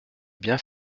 bien